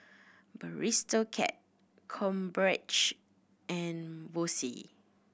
Cat Krombacher and Bose